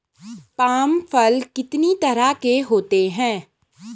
Palm फल कितनी तरह के होते हैं?